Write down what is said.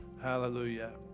Hallelujah